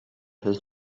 his